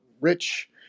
rich